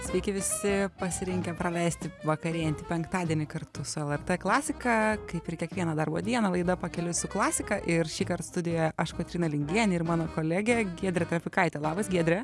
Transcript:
sveiki visi pasirinkę praleisti vakarėjantį penktadienį kartu su lrt klasika kaip ir kiekvieną darbo dieną laida pakeliui su klasika ir šįkart studijoje aš kotryna lingienė ir mano kolegė giedrė trapikaitė labas giedre